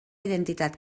identitat